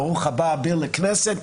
ברוך הבא, ביל, לכנסת.